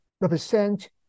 represent